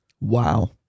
Wow